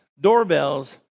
doorbells